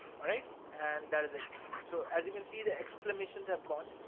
alright? and that is it. so, as you can see, the exclamations have gone.